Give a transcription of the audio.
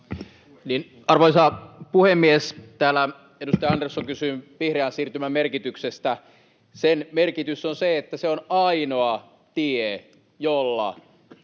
Arvoisa puhemies! Täällä edustaja Andersson kysyi vihreän siirtymän merkityksestä. Sen merkitys on se, että se on ainoa tie, jolla